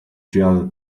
just